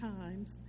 Times